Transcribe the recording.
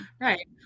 right